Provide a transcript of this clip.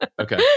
Okay